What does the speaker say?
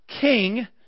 king